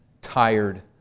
tired